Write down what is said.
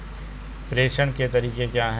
प्रेषण के तरीके क्या हैं?